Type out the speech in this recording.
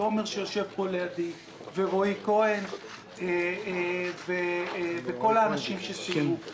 תומר שיושב פה לידי ורועי כהן וכל האנשים שסייעו.